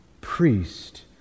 priest